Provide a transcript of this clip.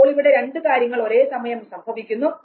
അപ്പോൾ ഇവിടെ രണ്ടു കാര്യങ്ങൾ ഒരേസമയം സംഭവിക്കുന്നു